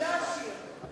אני לא אשיב.